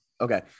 Okay